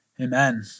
Amen